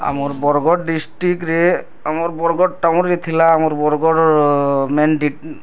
ଆମର୍ ବରଗଡ଼ ଡିଷ୍ଟ୍ରିକ୍ଟରେ ଆମର୍ ବରଗଡ଼ ଟାଉନ୍ରେ ଥିଲା ଆମର୍ ବରଗଡ଼